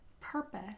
purpose